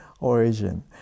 Origin